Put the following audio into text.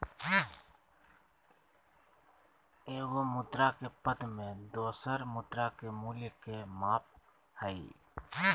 एगो मुद्रा के पद में दोसर मुद्रा के मूल्य के माप हइ